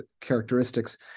characteristics